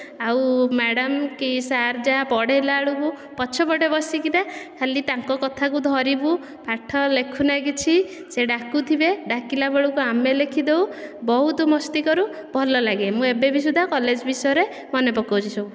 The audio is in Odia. ଆଉ ମ୍ୟାଡ଼ାମ କି ସାର୍ ଯାହା ପଢ଼େଇଲା ବେଳକୁ ପଛ ପଟେ ବସିକିନା ଖାଲି ତାଙ୍କ କଥା କୁ ଧରିବୁ ପାଠ ଲେଖୁନା କିଛି ସେ ଡାକୁଥିବେ ଡାକିଲା ବେଳକୁ ଆମେ ଲେଖିଦେଉ ବହୁତ ମସ୍ତି କରୁ ଭଲ ଲାଗେ ମୁଁ ଏବେ ବି ଶୁଦ୍ଧା କଲେଜ ବିଷୟରେ ମନେ ପକାଉଛି ସବୁ